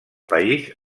país